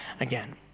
again